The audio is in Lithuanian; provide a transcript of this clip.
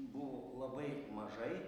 buvo labai mažai